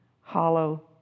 hollow